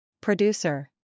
Producer